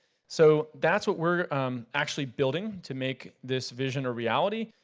so that's what we're actually building, to make this vision a reality.